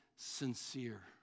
sincere